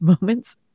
moments